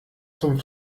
zum